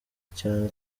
cyane